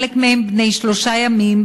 חלק מהם בני שלושה ימים,